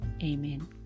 Amen